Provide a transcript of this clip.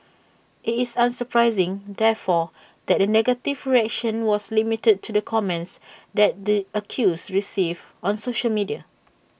IT is unsurprising therefore that the negative reaction was limited to the comments that the accused received on social media